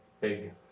big